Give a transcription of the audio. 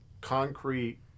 concrete